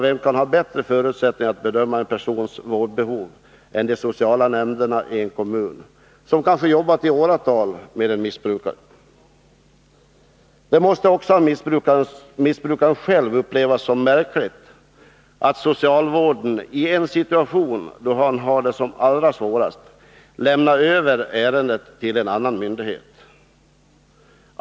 Vem kan ha bättre förutsättningar att bedöma en persons vårdbehov än de sociala nämnderna i en kommun, som kanske jobbat i åratal med en missbrukare? Det måste också av missbrukaren själv upplevas som märkligt att socialvården i en situation då han har det som svårast lämnar över ärendet till en annan myndighet.